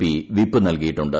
P whip നൽകിയിട്ടുണ്ട്